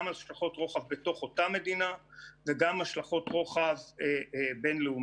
גם השלכות רוחב בתוך אותה מדינה וגם השלכות רוחב בינלאומיות.